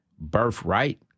birthright